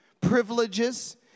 privileges